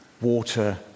water